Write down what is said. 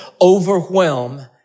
overwhelm